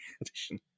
edition